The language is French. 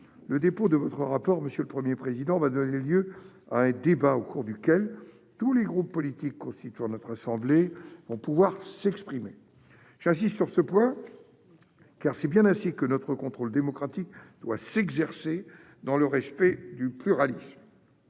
le dépôt de votre rapport, monsieur le Premier président, va donner lieu à un débat au cours duquel tous les groupes politiques constituant notre assemblée pourront s'exprimer. J'insiste sur ce point car c'est bien ainsi que notre contrôle démocratique doit s'exercer, dans le respect du pluralisme